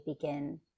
begin